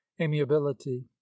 amiability